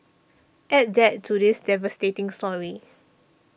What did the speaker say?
add that to this devastating story